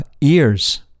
ears